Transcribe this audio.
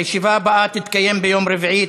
הישיבה הבאה תתקיים ביום רביעי,